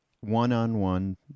one-on-one